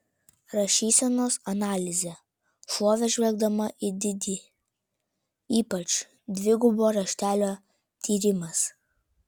rašysenos analizė šovė žvelgdama į didi ypač dvigubo raštelio tyrimas